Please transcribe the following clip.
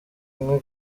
imwe